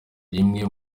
rimwe